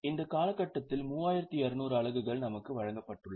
இந்த காலகட்டத்தில் 3200 அலகுகள் நமக்கு வழங்கப்பட்டுள்ளது